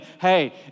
hey